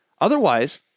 Otherwise